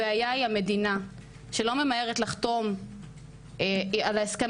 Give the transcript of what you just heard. הבעיה היא המדינה שלא ממהרת לחתום על ההסכם